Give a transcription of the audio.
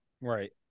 right